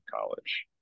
college